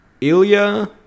Ilya